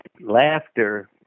laughter